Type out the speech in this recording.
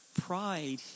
Pride